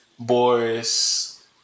Boris